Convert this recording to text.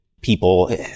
people